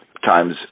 times